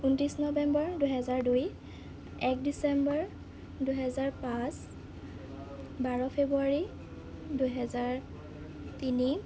ঊনত্ৰিছ নৱেম্বৰ দুহেজাৰ দুই এক ডিচেম্বৰ দুহেজাৰ পাঁচ বাৰ ফেব্ৰুৱাৰী দুহেজাৰ তিনি